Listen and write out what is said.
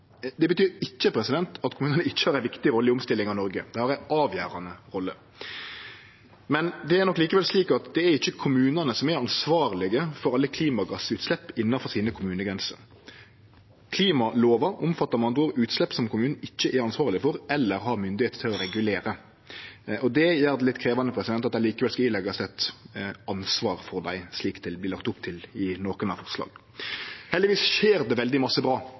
Det betyr ikkje at kommunar ikkje har ei viktig rolle i omstillinga av Noreg. Dei har ei avgjerande rolle. Men det er nok likevel slik at det ikkje er kommunane som er ansvarlege for alle klimagassutslepp innanfor sine kommunegrenser. Klimalova omfattar med andre ord utslepp som kommunane ikkje er ansvarlege for eller har myndigheit til å regulere. Det gjer det litt krevjande, at ein likevel skal påleggjast eit ansvar for dei, slik det vert lagt opp til i nokre av forslaga. Heldigvis skjer det veldig mykje bra